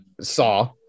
saw